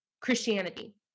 Christianity